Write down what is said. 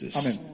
amen